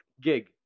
gig